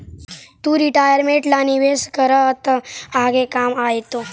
तु रिटायरमेंट ला निवेश करबअ त आगे काम आएतो